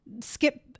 skip